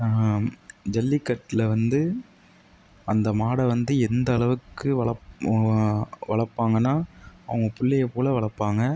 ஜல்லிக்கட்டில் வந்து அந்த மாடை வந்து எந்தளவுக்கு வளப் வளர்ப்பாங்கன்னா அவங்க பிள்ளைய போல் வளர்ப்பாங்க